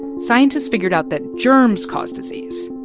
scientists figured out that germs cause disease,